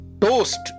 Toast